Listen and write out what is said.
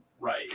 right